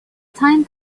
time